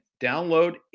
Download